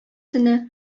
төне